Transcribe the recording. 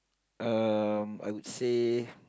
um I would say